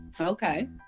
Okay